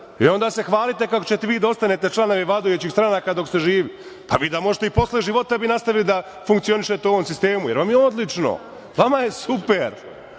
I onda se hvalite kako ćete vi da ostanete članovi vladajućih stranaka dok ste živi. Vi da možete i posle života bi nastavili da funkcionišete u ovom sistemu, jer vam je odlično. Vama je super.